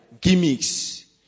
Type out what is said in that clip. gimmicks